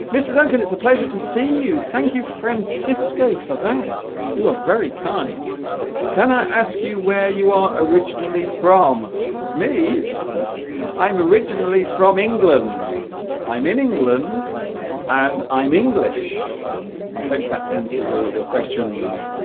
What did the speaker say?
mr. duncan it's a pleasure to see you thank you francisco for that you are very kind can i ask you where you are originally from me i'm originally from england i'm in england and i'm english i hope that answers all of your questions